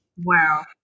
Wow